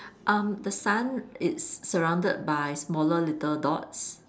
um the sun it's surrounded by smaller little dots